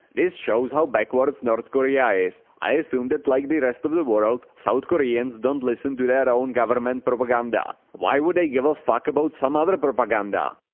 this shows how backwards north korea is, i assume that like the rest of the world south koreans don't listen to their own government propaganda, why would they give a fuck about some other propaganda?